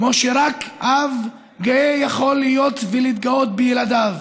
כמו שרק אב גאה יכול להתגאות בילדיו.